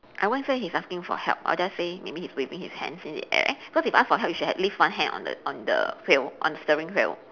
I won't say he's asking for help I'll just say maybe he's waving his hands in the air because if ask for help you should have leave one hand on the on the wheel on the steering wheel